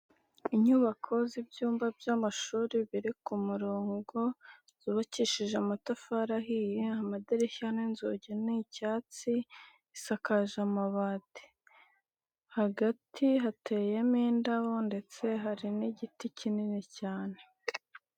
Inyubako z'ibyumba by'amashuri biri ku murongo, zubakishije amatafari ahiye amadirishya n'inzugi ni icyatsi, isakaje amabati hagati hateyemo indabo ndetse hari n'igiti kinini cyane.